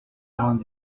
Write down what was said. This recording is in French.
vingt